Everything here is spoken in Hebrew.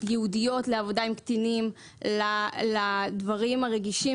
ייעודיות לעבודה עם קטינים לדברים הרגישים